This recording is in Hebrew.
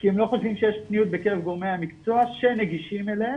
כי הם לא חושבים שיש פניות בקרב גורמי המקצוע שנגישים אליהם.